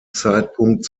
zeitpunkt